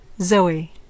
Zoe